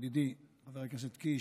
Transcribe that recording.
ידידי חבר הכנסת קיש,